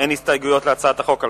אין הסתייגויות להצעת החוק.